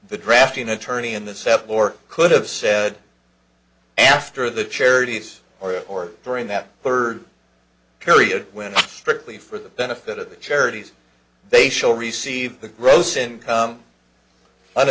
the drafting attorney in the sept war could have said after the charities or during that third period when strictly for the benefit of the charities they shall receive the gross income on